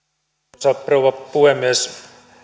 arvoisa rouva puhemies